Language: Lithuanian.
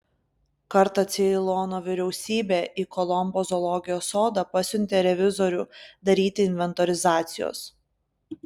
kartą ceilono vyriausybė į kolombo zoologijos sodą pasiuntė revizorių daryti inventorizacijos